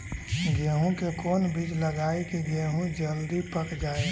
गेंहू के कोन बिज लगाई कि गेहूं जल्दी पक जाए?